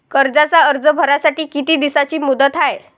कर्जाचा अर्ज भरासाठी किती दिसाची मुदत हाय?